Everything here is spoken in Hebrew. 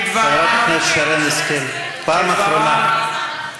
חברת הכנסת שרן השכל, פעם אחרונה.